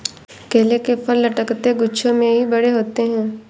केले के फल लटकते गुच्छों में ही बड़े होते है